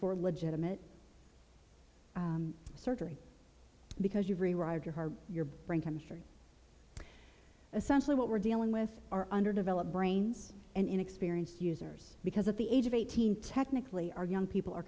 for legitimate surgery because you free ride your heart your brain chemistry essentially what we're dealing with are underdeveloped brains and inexperienced users because of the age of eighteen technically our young people are